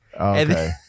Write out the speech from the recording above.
Okay